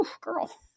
girl